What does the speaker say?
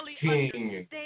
king